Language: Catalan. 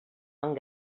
amb